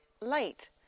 light